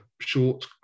short